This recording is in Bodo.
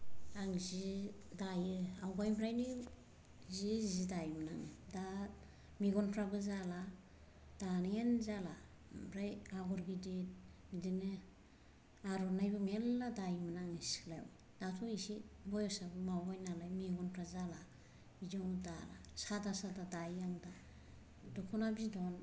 आं जि दायो आवगायनिफ्रायनो जि जि दायोमोन आङो दा मेगनफ्राबो जाला दानायानो जाला ओमफ्राय आगर गिदिर बिदिनो आर'नाइबो मेल्ला दायोमोन आङो सिख्लायाव दाथ' इसे बैसोआबो माबाबाय नालाय मेगनफ्रा जाला बिदियावनो दाला सादा सादा दायो आं दा दखना बिदन